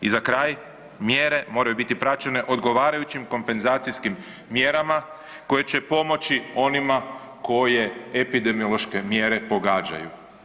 I za kraj mjere moraju biti praćene odgovarajućim kompenzacijskim mjerama koje će pomoći onima koje epidemiološke mjere pogađaju.